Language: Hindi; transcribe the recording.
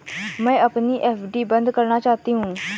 मैं अपनी एफ.डी बंद करना चाहती हूँ